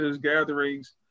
gatherings